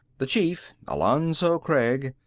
the chief, alonzo craig,